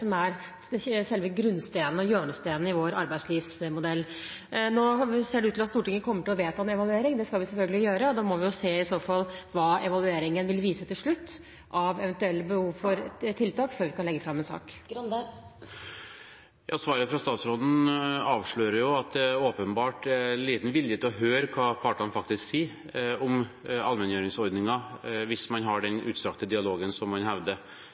som er selve grunnsteinen, og hjørnesteinen, i vår arbeidslivsmodell. Nå ser det ut til at Stortinget kommer til å vedta en evaluering. Den skal vi selvfølgelig gjøre. Da må vi i så fall se hva evalueringen til slutt vil vise av eventuelle behov for tiltak, før vi kan legge fram en sak. Svaret fra statsråden avslører jo at det åpenbart er liten vilje til å høre hva partene faktisk sier om allmenngjøringsordningen, hvis man har den utstrakte dialogen som man hevder